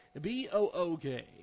B-O-O-K